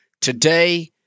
Today